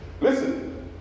listen